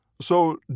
So